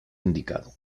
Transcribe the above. indicado